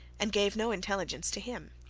and gave no intelligence to him.